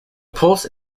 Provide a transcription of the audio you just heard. pulse